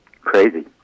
crazy